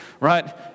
Right